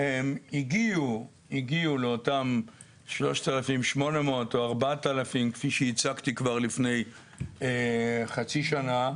הם הגיעו לאותם 3,800 או 4,000 כפי שהצגתי כבר לפני חצי שנה.